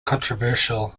controversial